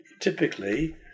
typically